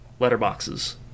letterboxes